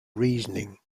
reasoning